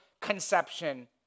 conception